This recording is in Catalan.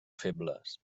febles